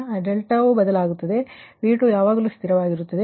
ಆದ್ದರಿಂದ 𝛿 ಬದಲಾಗುತ್ತದೆ ಆದರೆ V2 ಯಾವಾಗಲೂ ಸ್ಥಿರವಾಗಿರುತ್ತದೆ